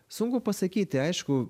sunku pasakyti aišku